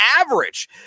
average